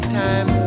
time